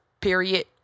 Period